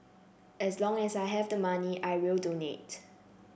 as long as I have the money I will donate